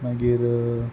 मागीर